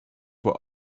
were